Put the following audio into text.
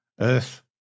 Earth